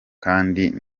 kandi